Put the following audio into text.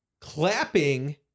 clapping